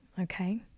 okay